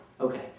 Okay